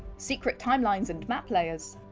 secret timelines and map layers,